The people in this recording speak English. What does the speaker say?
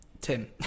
Tim